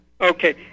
okay